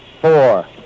four